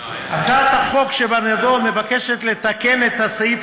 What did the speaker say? הצעת החוק שבנדון מבקשת לתקן את הסעיף